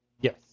Yes